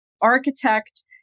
architect